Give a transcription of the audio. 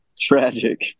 tragic